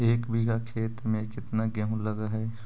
एक बिघा खेत में केतना गेहूं लग है?